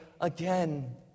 again